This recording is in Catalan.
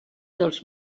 dels